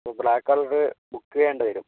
black colour book ചെയ്യേണ്ടി വരും